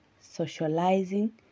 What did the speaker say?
socializing